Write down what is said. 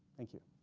thank you